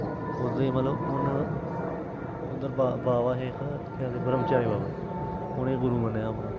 उसदे मतलव हून बाबा हे इक ब्रह्मचारी बाबा उनें गुरु मन्ने दा हा अपना